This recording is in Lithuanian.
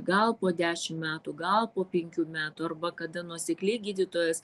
gal po dešim metų gal po penkių metų arba kada nuosekliai gydytojas